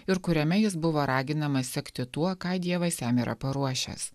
ir kuriame jis buvo raginamas sekti tuo ką dievas jam yra paruošęs